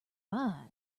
buy